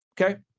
okay